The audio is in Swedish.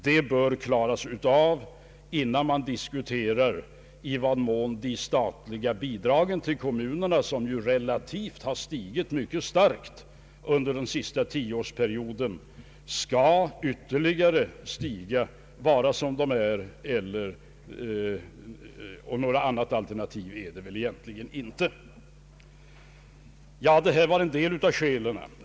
Det bör klaras av innan man disputerar i vad mån de statliga bidragen till kommunerna, som ju relativt sett har ökat mycket starkt under den senaste tioårsperioden, skall ytterligare öka eller vara som de är. Något annat alternativ finns väl egentligen inte. Det här var några av skälen.